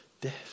death